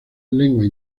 lenguas